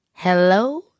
Hello